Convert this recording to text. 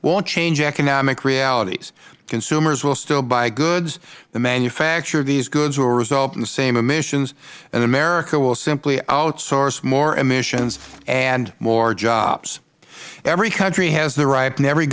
won't change economic realities consumers will still buy goods the manufacture of these goods will result in the same emissions and america will simply outsource more emissions and more jobs every country has the right and ever